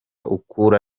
ukura